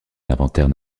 l’inventaire